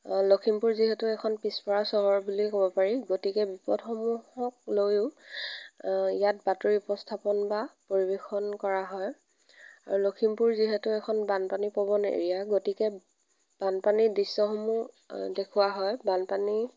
লক্ষীমপুৰ যিহেতু এখন পিছপৰা চহৰ বুলিয়েই ক'ব পাৰি গতিকে বিপদসমূহক লৈয়ো ইয়াত বাতৰি উপস্থাপন বা পৰিৱেশন কৰা হয় লক্ষীমপুৰ যিহেতু এখন বানপানী প্ৰৱণ এৰিয়া গতিকে বানপানী দৃশ্যসমূহ দেখুওৱা হয় বানপানী